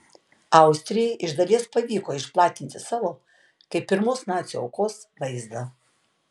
austrijai iš dalies pavyko išplatinti savo kaip pirmos nacių aukos vaizdą